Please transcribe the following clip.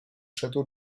château